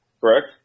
Correct